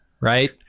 right